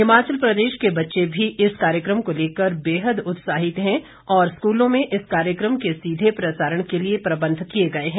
हिमाचल प्रदेश के बच्चे भी इस कार्यक्रम को लेकर बेहद उत्साहित है और स्कूलों में इस कार्यक्रम के सीधे प्रसारण के लिए प्रबंध किए गए हैं